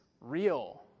real